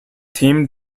tim